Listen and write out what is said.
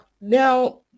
Now